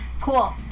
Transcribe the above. Cool